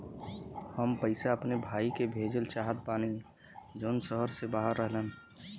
हम पैसा अपने भाई के भेजल चाहत बानी जौन शहर से बाहर रहेलन